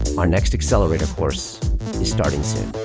our next accelerator course is starting soon.